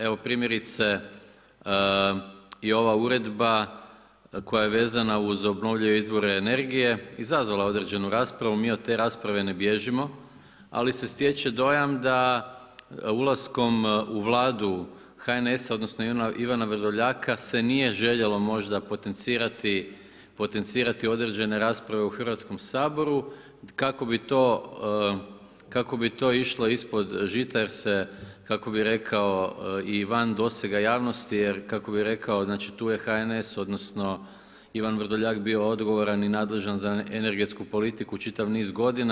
Evo, primjerice i ova uredba, koja je vezana uz obnovljive izvore energije, izazvala određenu raspravu, mi od te rasprave ne bježimo, ali se stječe dojam, da ulaskom u Vladu HNS-a, odnosno, Ivana Vrdoljaka, se nije željelo možda potencirati određene rasprave u Hrvatskom saboru, kako bi to išlo ispod žita, jer se to, kako bi rekao, i van dosega javnosti, jer kako bi rekao, tu je HNS, odnosno Ivan Vrdoljak bio odgovoran i nadležan za energetsku politiku čitav niz godina.